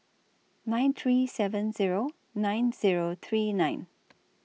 nine three seven Zero nine Zero three nine